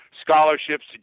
scholarships